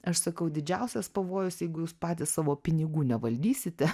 aš sakau didžiausias pavojus jeigu jūs patys savo pinigų nevaldysite